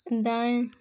दाएँ